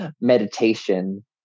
meditation